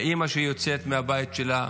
לאימא שיוצאת מהבית שלה,